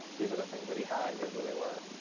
these are the things that he had, here's where they were.